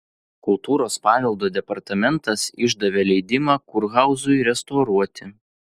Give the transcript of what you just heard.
kultūros paveldo departamentas išdavė leidimą kurhauzui restauruoti